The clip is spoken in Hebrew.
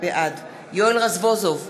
בעד יואל רזבוזוב,